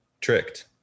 tricked